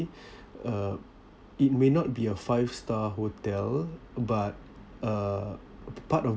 uh it may not be a five star hotel but uh part of